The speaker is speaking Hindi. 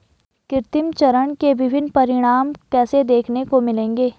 कृत्रिम चयन के विभिन्न परिणाम कैसे देखने को मिलेंगे?